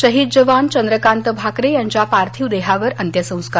शहिद जवान चंद्रकांत भाकरे यांच्या पार्थीव देहावर अंत्यसंस्कार